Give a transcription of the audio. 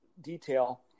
detail